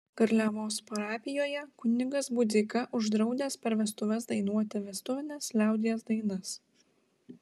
garliavos parapijoje kunigas budzeika uždraudęs per vestuves dainuoti vestuvines liaudies dainas